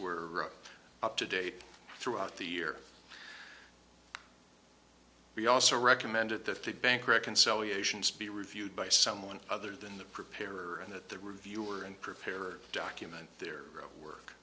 were up to date throughout the year we also recommended the fdic bank reconciliations be reviewed by someone other than the preparer and that the reviewer and prepare document their work